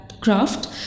craft